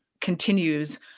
continues